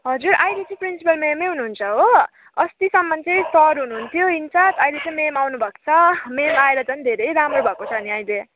हजुर आहिले चाहिँ प्रिन्सिपल म्यामै हुनुहुन्छ हो अस्तिसम्म चाहिँ सर नै हुनुहुन्थ्यो इन चार्ज अहिले चाहिँ म्याम आउनु भएको छ म्याम आएर झन् धेरै राम्रो भएको छ नि अहिले